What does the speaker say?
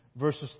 verses